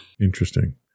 Interesting